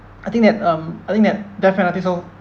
I think that um I think that death penalty so